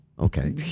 okay